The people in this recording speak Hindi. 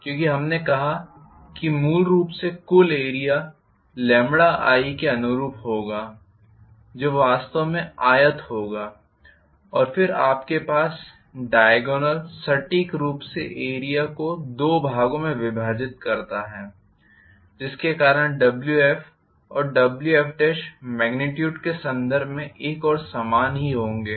क्योंकि हमने कहा कि मूल रूप से कुल एरिया λi के अनुरूप होगा जो वास्तव में आयत होगा और फिर आपके पास डायगोनल सटीक रूप से एरिया को दो भागों में विभाजित करने वाला है जिसके कारण Wf और Wf मॅग्निट्यूड के संदर्भ में एक और समान ही होंगे